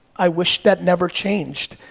i wish that never changed,